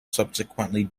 subsequently